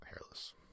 hairless